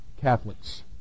Catholics